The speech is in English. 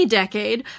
decade